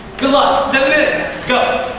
good luck. seven minutes, go.